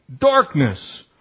darkness